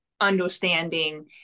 understanding